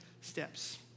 steps